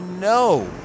no